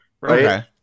right